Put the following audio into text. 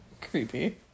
creepy